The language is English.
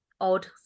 odd